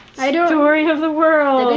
story of the world!